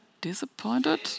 disappointed